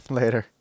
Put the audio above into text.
later